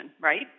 right